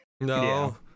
No